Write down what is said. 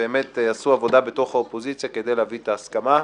שעשו עבודה באופוזיציה כדי להביא את ההסכמה.